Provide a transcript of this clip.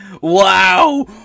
Wow